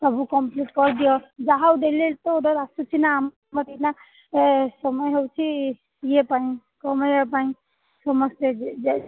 ସବୁ କମ୍ପ୍ଲିଟ୍ କରିଦିଅ ଯାହା ହଉ ଡେଲି ତ ଅର୍ଡ଼ର ଆସୁଛି ନା ଆମ ସମୟ ହେଉଛି ଇଏ ପାଇଁ କମେଇବା ପାଇଁ ସମସ୍ତେ